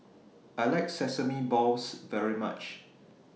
I like Sesame Balls very much